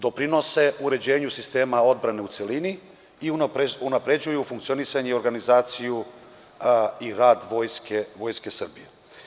Doprinose uređenju sistema odbrane u celini i unapređuju funkcionisanje i organizaciju i rad Vojske Srbije.